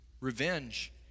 revenge